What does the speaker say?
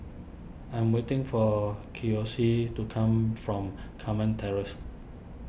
I'm waiting for Kiyoshi to come from Carmen Terrace